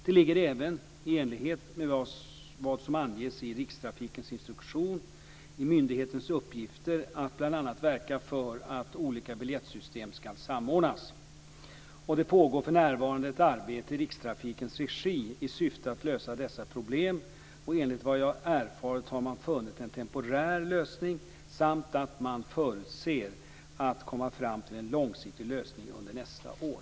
Det ligger även, i enlighet med vad som anges i Rikstrafikens instruktion, i myndighetens uppgifter att bl.a. verka för att olika biljettsystem ska samordnas. Det pågår för närvarande ett arbete i Rikstrafikens regi i syfte att lösa dessa problem. Enligt vad jag erfarit har man funnit en temporär lösning. Man förutser att komma fram till en långsiktig lösning under nästa år.